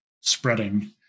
spreading